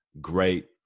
great